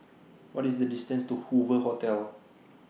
What IS The distance to Hoover Hotel